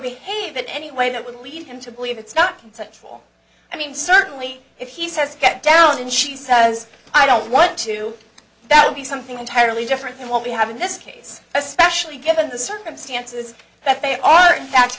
behave in any way that would lead him to believe it's not such a i mean certainly if he says get down and she says i don't want to that would be something entirely different than what we have in this case especially given the circumstances that they are in fact